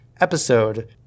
episode